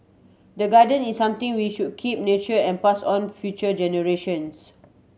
the garden is something we should keep nurture and pass on future generations